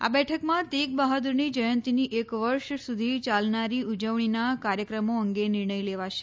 આ બેઠકમાં તેગ બહાદુરની જયંતિની એક વર્ષ સુધી ચાલનારી ઉજવણીના કાર્યક્રમો અંગે નિર્ણય લેવાશે